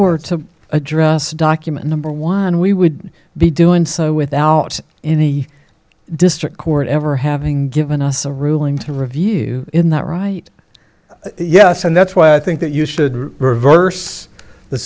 were to address documents or one we would be doing so without any district court ever having given us a ruling to review in that right yes and that's why i think that you should reverse th